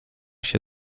się